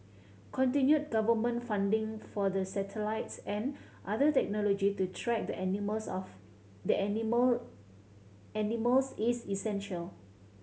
continued government funding for the satellites and other technology to track the animals of the animal animals is essential